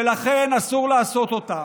ולכן אסור לעשות אותה.